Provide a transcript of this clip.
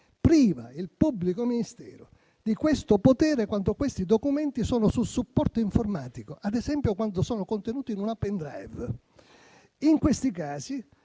priva il pubblico ministero di questo potere quando questi documenti sono su supporto informatico, ad esempio quando sono contenuti in una *pen drive*. In questi casi,